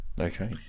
Okay